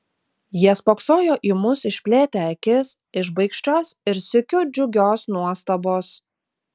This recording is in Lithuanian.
jie spoksojo į mus išplėtę akis iš baikščios ir sykiu džiugios nuostabos